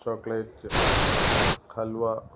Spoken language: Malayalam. ചോക്ലേറ്റ്സ് ഹൽവ